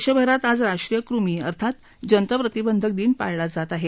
देशभरात आज राष्ट्रीय कुमी अर्थात जंत प्रतिबंधक दिन पाळला जात आहे